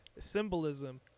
Symbolism